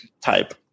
type